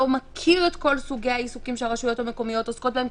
לא מכיר את כל סוגי העיסוקים שהרשויות המקומיות עוסקות בהם,